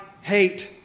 hate